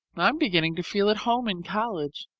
i am beginning to feel at home in college,